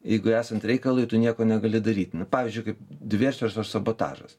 jeigu esant reikalui tu nieko negali daryt n pavyzdžiui kaip diversijos ar sabotažas